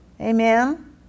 Amen